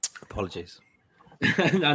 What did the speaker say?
Apologies